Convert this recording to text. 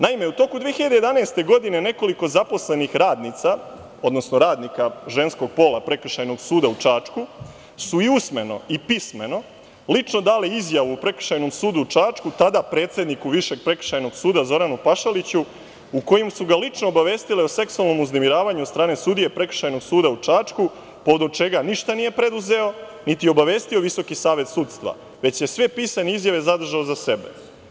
Naime, u toku 2011. godine nekoliko zaposlenih radnica, odnosno radnika ženskog pola, Prekršajnog suda u Čačku su i usmeno i pismeno lično dale izjavu Prekršajnom sudu u Čačku, tada predsedniku Višeg prekršajnog suda, Zoranu Pašaliću, u kojoj su ga lično obavestile o seksualnom uznemiravanju od strane sudije Prekršajnog suda u Čačku, povodom čega ništa nije preduzeo, niti obavestio Visoki savet sudstva, već je sve pisane izjave zadržao za sebe.